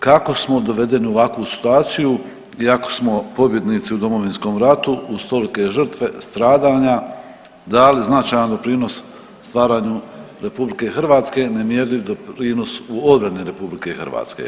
Kako smo dovedeni u ovakvu situaciju iako smo pobjednici u Domovinskom ratu uz tolike žrtve, stradanja dali značajan doprinos stvaranju RH i nemjerljiv doprinos u obrani RH?